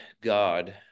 God